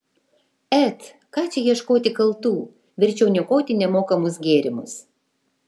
et ką čia ieškoti kaltų verčiau niokoti nemokamus gėrimus